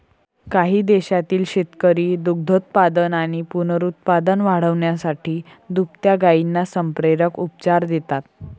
काही देशांतील शेतकरी दुग्धोत्पादन आणि पुनरुत्पादन वाढवण्यासाठी दुभत्या गायींना संप्रेरक उपचार देतात